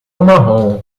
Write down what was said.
marrom